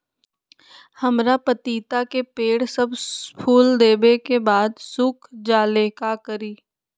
हमरा पतिता के पेड़ सब फुल देबे के बाद सुख जाले का करी?